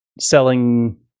selling